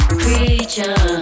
creature